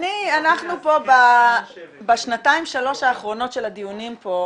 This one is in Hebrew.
אנחנו פה בשנתיים שלוש האחרונות של הדיונים כאן,